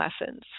lessons